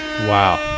Wow